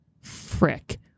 frick